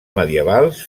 medievals